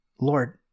Lord